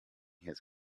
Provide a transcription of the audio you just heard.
his